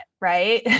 right